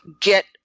get